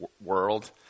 world